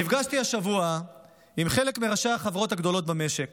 נפגשתי השבוע עם חלק מראשי החברות הגדולות במשק